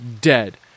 dead